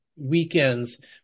weekends